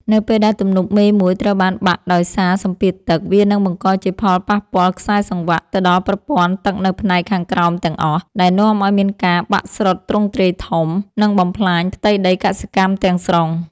នៅពេលដែលទំនប់មេមួយត្រូវបានបាក់ដោយសារសម្ពាធទឹក វានឹងបង្កជាផលប៉ះពាល់ខ្សែសង្វាក់ ទៅដល់ប្រព័ន្ធទឹកនៅផ្នែកខាងក្រោមទាំងអស់ ដែលនាំឱ្យមានការបាក់ស្រុតទ្រង់ទ្រាយធំ និងបំផ្លាញផ្ទៃដីកសិកម្មទាំងស្រុង។